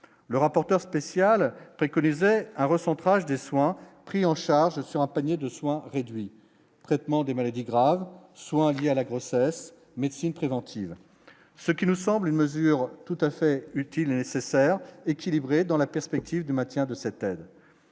le rapporteur spécial préconisait un recentrage des soins pris en charge sur un. Panier de soins réduit, traitement des maladies graves, soit à la grossesse médecines présente. Qui veut, ce qui nous semble une mesure tout à fait utile et nécessaire, équilibrée dans la perspective du maintien de cette aide,